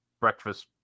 breakfast